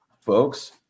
folks